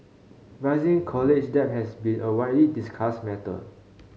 rising college debt has been a widely discussed matter